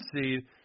seed